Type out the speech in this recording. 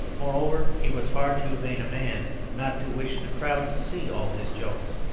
moreover, he was far too vain a man not to wish the crowd to see all his jokes.